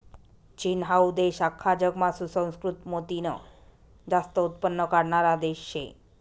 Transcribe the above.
चीन हाऊ देश आख्खा जगमा सुसंस्कृत मोतीनं जास्त उत्पन्न काढणारा देश शे